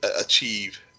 achieve